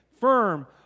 firm